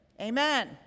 Amen